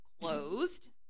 closed